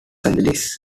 angeles